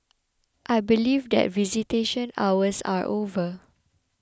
I believe that visitation hours are over